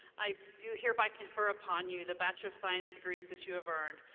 i do hereby confer upon you the bachelor of science degrees that you have earned,